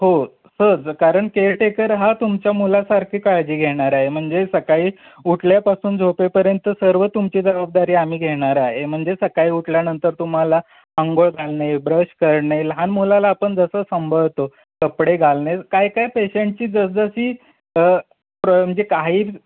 हो सहज कारण केअरटेकर हा तुमच्या मुलासारखी काळजी घेणार आहे म्हणजे सकाळी उठल्यापासून झोपेपर्यंत सर्व तुमची जबाबदारी आम्ही घेणार आहे म्हणजे सकाळी उठल्यानंतर तुम्हाला आंघोळ घालणे ब्रश करणे लहान मुलाला आपण जसं सांभाळतो कपडे घालणे काय काय पेशंटची जसजशी प्र म्हणजे काही